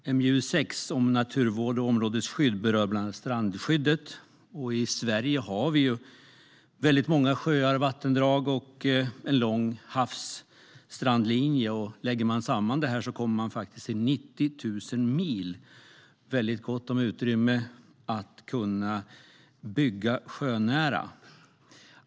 Herr talman! I Sverige har vi många sjöar och vattendrag och en lång havsstrandlinje. Lägger man samman det kommer man faktiskt upp i 90 000 mil. Det är väldigt gott om utrymme för att kunna bygga sjönära.